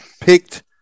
picked